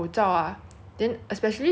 like I think because they all work there